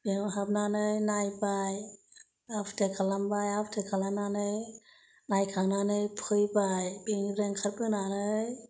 बेंकाव हाबनानै नायबाय आपदेद खालामबाय आपदेद खालामनानै नायखांनानै फैबाय बेनिफ्राय ओंखार बोनानै